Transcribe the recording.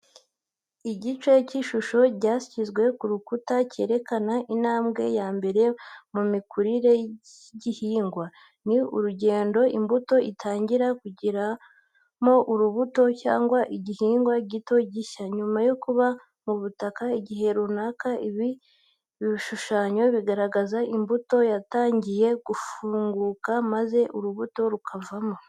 Igice cy’ishusho ryasizwe ku rukuta rwerekana intambwe ya mbere mu mikurire y’igihingwa. Ni urugendo imbuto itangira gukuramo urubuto cyangwa igihingwa gito gishya, nyuma yo kuba mu butaka igihe runaka. Ibi ibishushanyo bigaragaza imbuto yatangiye gufunguka, maze urubuto rukavamo.